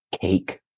cake